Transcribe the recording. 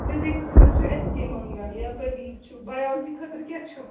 physics منٛز چھُ S K Mangal یا پردیٖپ چھُ بَیالوجی خٲطرٕ کیٛاہ چھُ